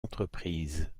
entreprises